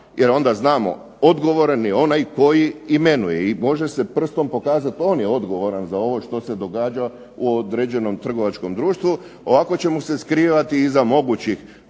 jer onda znamo odgovoran je onaj tko imenuje i može se prstom pokazati on je odgovoran za ovo što se događa u određenom trgovačkom društvu, ovako ćemo se skrivati iza mogućih